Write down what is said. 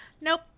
nope